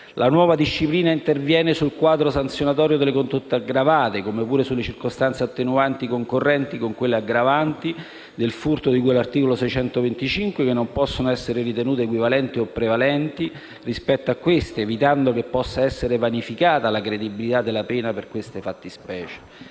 La nuova disciplina interviene sul quadro sanzionatorio delle condotte aggravate, come pure sulle circostanze attenuanti concorrenti con quelle aggravanti del furto di cui all'articolo 625, che non possono essere ritenute equivalenti o prevalenti rispetto a queste, evitando che possa essere vanificata la credibilità della pena per queste fattispecie.